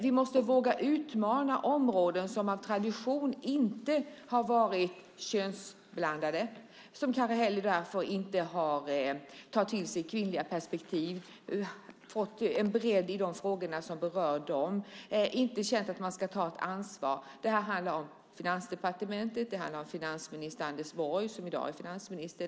Vi måste våga utmana områden som av tradition inte har varit könsblandade, som kanske därför inte heller har tagit till sig kvinnliga perspektiv, fått en bredd i de frågor som berör dem, som inte känt att man ska ta ett ansvar. Det här handlar om Finansdepartementet. Det handlar om Anders Borg som i dag är finansminister.